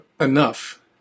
enough